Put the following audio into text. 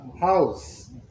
house